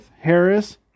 Harris